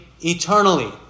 eternally